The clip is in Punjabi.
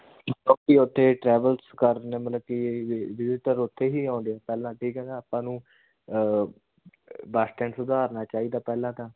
ਕਿਉਂਕਿ ਉੱਥੇ ਟਰੈਵਲਸ ਕਰਨ ਮਤਲਬ ਕਿ ਵਿ ਵਿਜੀਟਰ ਉੱਥੇ ਹੀ ਆਉਂਦੇ ਪਹਿਲਾਂ ਠੀਕ ਹੈ ਨਾ ਆਪਾਂ ਨੂੰ ਬੱਸ ਸਟੈਂਡ ਸੁਧਾਰਨਾ ਚਾਹੀਦਾ ਪਹਿਲਾਂ ਤਾਂ